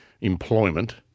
employment